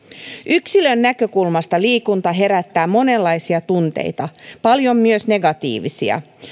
yksilön näkökulmasta liikunta herättää monenlaisia tunteita paljon myös negatiivisia